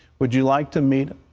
would you like to meet